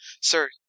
Sir